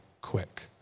quick